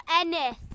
Ennis